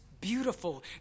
beautiful